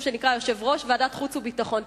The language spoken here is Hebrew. מאוד שנקרא יושב-ראש ועדת החוץ והביטחון,